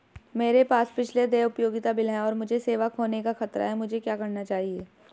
मेरे पास पिछले देय उपयोगिता बिल हैं और मुझे सेवा खोने का खतरा है मुझे क्या करना चाहिए?